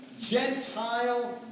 Gentile